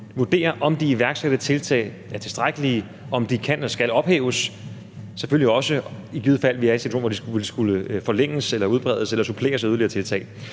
om de iværksatte tiltag er tilstrækkelige, om de kan eller skal ophæves, selvfølgelig også i fald vi er i en situation, hvor de vil skulle forlænges eller udbredes eller suppleres af yderligere tiltag.